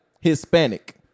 hispanic